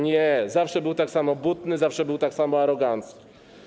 Nie, zawsze był tak samo butny, zawsze był tak samo arogancki.